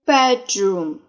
Bedroom